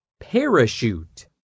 parachute